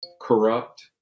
corrupt